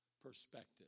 perspective